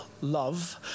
love